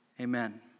amen